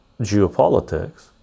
geopolitics